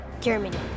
Germany